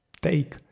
take